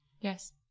Yes